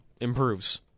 improves